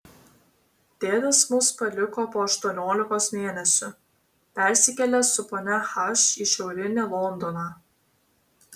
tėtis mus paliko po aštuoniolikos mėnesių persikėlė su ponia h į šiaurinį londoną